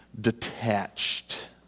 detached